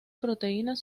proteínas